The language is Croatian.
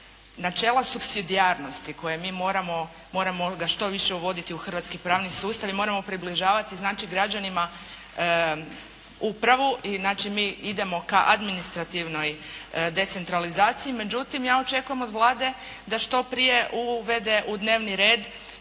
načela supsidijarnosti koje mi moramo, moramo ga što više uvoditi u hrvatski pravni sustav i moramo približavati znači građanima upravu. Znači, mi idemo ka administrativnoj decentralizaciji. Međutim, ja očekujem od Vlade da što prije uvede u dnevni red